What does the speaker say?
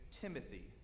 Timothy